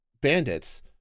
bandits